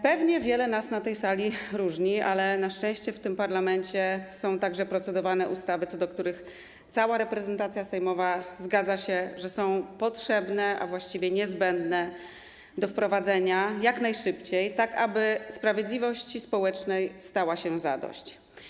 Pewnie wiele nas na tej sali różni, ale na szczęście w tym parlamencie są także procedowane ustawy, co do których cała reprezentacja sejmowa zgadza się, że są potrzebne, a właściwie niezbędne do wprowadzenia jak najszybciej, tak aby sprawiedliwości społecznej stało się zadość.